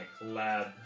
lab